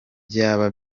byaba